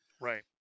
Right